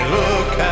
look